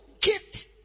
get